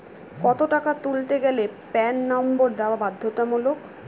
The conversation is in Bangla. কত টাকা তুলতে গেলে প্যান নম্বর দেওয়া বাধ্যতামূলক?